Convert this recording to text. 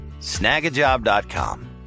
snagajob.com